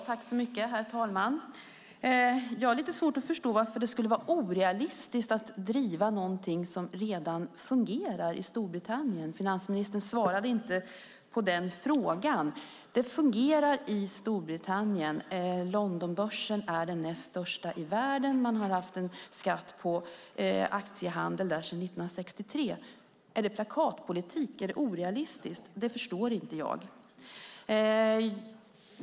Herr talman! Jag har lite svårt att förstå varför det skulle vara orealistiskt att driva någonting som redan fungerar i Storbritannien. Finansministern svarade inte på den frågan. Det fungerar i Storbritannien. Londonbörsen är den näst största i världen. Man har haft en skatt på aktiehandel där sedan 1963. Är det plakatpolitik? Är det orealistiskt? Det förstår inte jag.